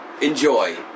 Enjoy